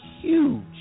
huge